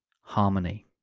harmony